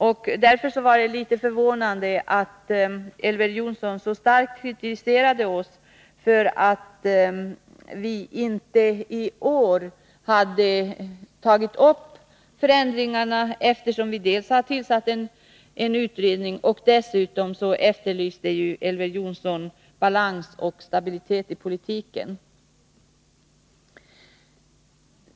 Jag blev litet förvånad när Elver Jonsson så starkt kritiserade oss för att vi inte i år har tagit upp några förändringar, eftersom vi ju har tillsatt en utredning. Dessutom efterlyste Elver Jonsson balans och stabilitet i politiken.